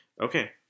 okay